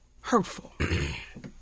hurtful